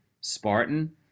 Spartan